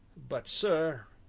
but, sir